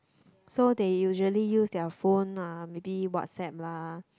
so they usually use their phone ah maybe WhatsApp lah